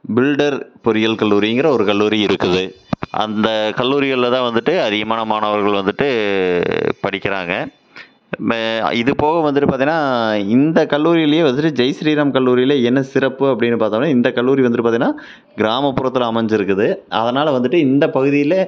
filter பொறியியல் கல்லூரிங்கிற ஒரு கல்லூரி இருக்குது அந்த கல்லூரிகளில் தான் வந்துவிட்டு அதிகமான மாணவர்கள் வந்துவிட்டு படிக்கிறாங்க மே இதுபோக வந்துவிட்டு பாத்திங்கனா இந்த கல்லூரிலேயே வந்துவிட்டு ஜெய்ஸ்ரீராம் கல்லூரியில் என்ன சிறப்பு அப்படின்னு பார்த்தோம்னா இந்த கல்லூரி வந்துவிட்டு பார்த்திங்கனா கிராமப்புறத்தில் அமைஞ்சிருக்குது அதனால் வந்துவிட்டு இந்தப் பகுதியில்